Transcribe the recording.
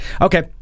Okay